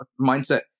mindset